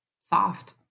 soft